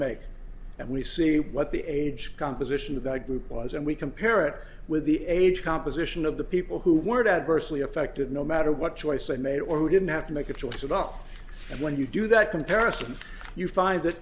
make and we see what the age composition of that group was and we compare it with the age composition of the people who weren't adversely affected no matter what choice they made or didn't have to make a choice about when you do that comparison you find that